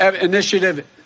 initiative